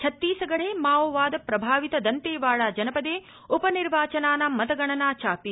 छत्तीसगढे माओवाद प्रभावित दन्तेवाडा जनपदे उपनिर्वाचनानां मतगणना चापि